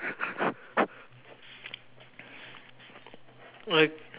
uh